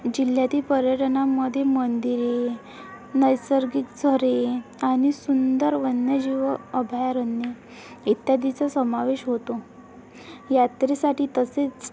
जिल्ह्यातील पर्यटनामध्ये मंदिरे नैसर्गिक झरे आणि सुंदर वन्यजीव अभयारण्य इत्यादीचा समावेश होतो यात्रेसाठी तसेच